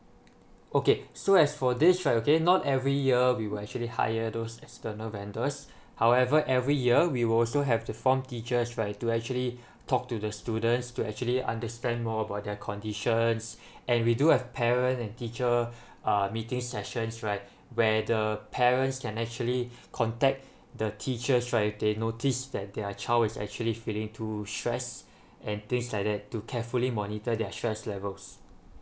okay so as for this right okay not every year we will actually hire those external vendors however every year we will also have the form teachers right to actually talk to the students to actually understand more about their conditions and we do have parent and teacher uh meeting sessions right where the parents can actually contact the teachers right they noticed that their child is actually feeling too stress and things like that to carefully monitor their stress levels